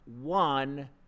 one